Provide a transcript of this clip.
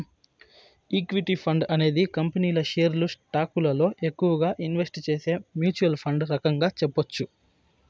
equity fund అనేది కంపెనీల షేర్లు స్టాకులలో ఎక్కువగా ఇన్వెస్ట్ చేసే మ్యూచ్వల్ ఫండ్ రకంగా చెప్పొచ్చు